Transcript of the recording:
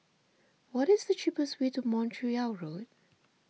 what is the cheapest way to Montreal Road